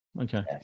Okay